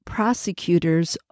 Prosecutor's